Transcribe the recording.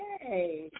hey